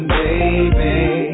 baby